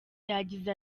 yagize